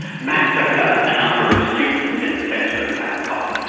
massacre a number of students in the centre of bangkok,